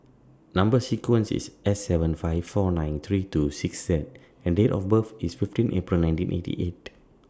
Number sequence IS S seven five four nine three two six Z and Date of birth IS fifteen April nineteen eighty eight